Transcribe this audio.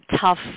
tough